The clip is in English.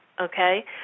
okay